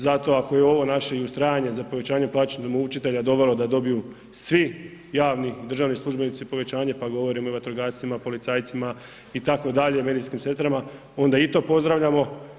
Zato ako je ovo naše i ustrajanje za povećanjem plaća učitelja dovelo da dobiju svi javni i državni službenici povećanje pa govorim i o vatrogascima, policajcima itd., medicinskim sestrama onda i to pozdravljamo.